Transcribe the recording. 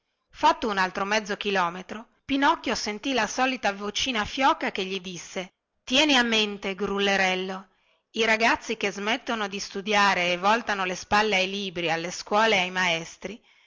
fatto un altro mezzo chilometro pinocchio sentì la solita vocina fioca che gli disse tienlo a mente grullerello i ragazzi che smettono di studiare e voltano le spalle ai libri alle scuole e ai maestri